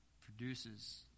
produces